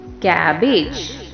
cabbage